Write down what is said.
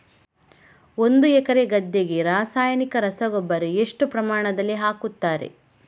ಒಂದು ಎಕರೆ ಗದ್ದೆಗೆ ರಾಸಾಯನಿಕ ರಸಗೊಬ್ಬರ ಎಷ್ಟು ಪ್ರಮಾಣದಲ್ಲಿ ಹಾಕುತ್ತಾರೆ?